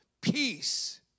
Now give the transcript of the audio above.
peace